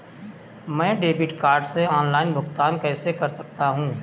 मैं debit card से online भुगतान कैसे कर सकता हूँ?